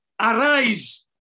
arise